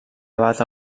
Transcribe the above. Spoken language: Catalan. abat